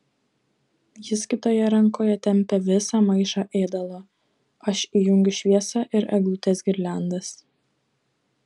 jis kitoje rankoje tempia visą maišą ėdalo aš įjungiu šviesą ir eglutės girliandas